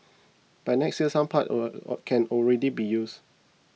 by next year some parts are can already be used